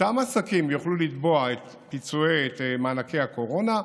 אותם עסקים יוכלו לתבוע את מענקי הקורונה,